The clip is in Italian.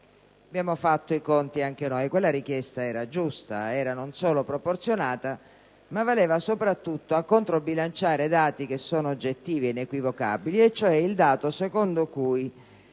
Abbiamo fatto i conti anche noi: quella richiesta era giusta ed era non solo proporzionata, ma valeva soprattutto a controbilanciare i dati - che sono oggettivi e inequivocabili - secondo cui,